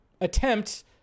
attempt